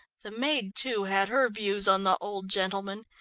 the maid, too, had her views on the old gentleman.